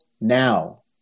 now